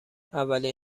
اولین